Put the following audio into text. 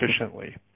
efficiently